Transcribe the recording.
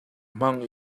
hmang